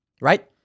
right